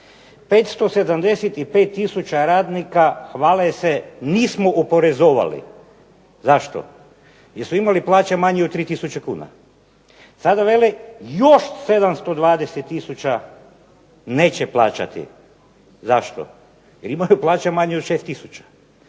575 tisuća radnika, hvale se, nismo oporezovali. Zašto? Jer su imali plaće manje od 3 tisuće kuna. Sada vele još 720 tisuća neće plaćati, zašto? Jer imaju plaće manje od 6 tisuća.